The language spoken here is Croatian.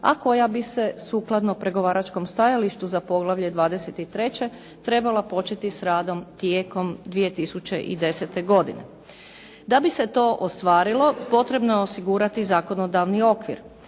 a koja bi se sukladno pregovaračkom stajalištu za poglavlje 23. trebala početi s radom tijekom 2010. godine. Da bi se to ostvarilo, potrebno je osigurati zakonodavni okvir.